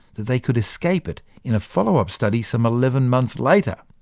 that they could escape it in a follow-up study some eleven months later.